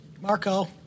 Marco